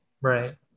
Right